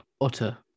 utter